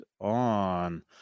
on